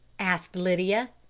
asked lydia.